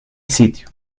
sitio